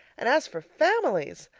and as for families!